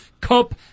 Cup